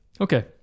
Okay